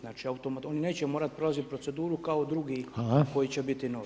Znači, oni neće morati prelaziti proceduru, kao drugi koji će biti novi.